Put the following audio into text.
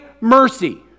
mercy